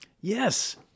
Yes